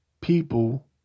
people